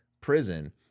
prison